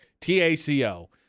T-A-C-O